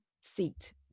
seat